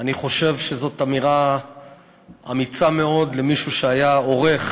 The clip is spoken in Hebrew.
אני חושב שזאת אמירה אמיצה מאוד למישהו שהיה עורך